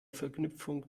verknüpfung